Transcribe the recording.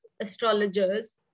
astrologers